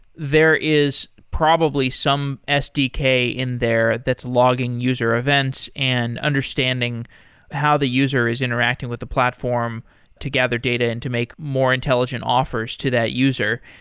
there is probably some sdk in there that's logging user events and understanding how the user is interacting with the platform to gather data and to make more intelligent offers to that user.